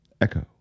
echo